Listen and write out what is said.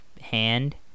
hand